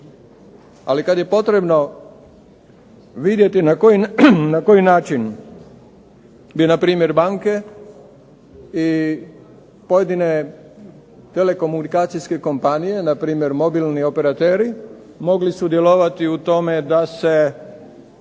ali kad je potrebno vidjeti na koji način bi npr. banke i pojedine telekomunikacijske kompanije npr. mobilni operateri mogli sudjelovati u tome da se